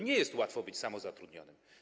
Nie jest łatwo być samozatrudnionym.